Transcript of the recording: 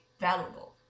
valuable